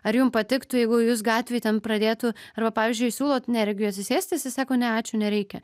ar jum patiktų jeigu jus gatvėj ten pradėtų arba pavyzdžiui siūlot neregiui atsisėsti jisai sako ne ačiū nereikia